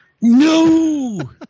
No